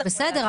בסדר,